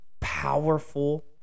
powerful